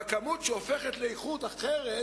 והכמות שהופכת לאיכות אחרת